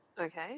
Okay